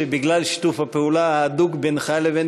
האם בגלל שיתוף הפעולה ההדוק בינך לבין